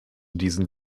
diesen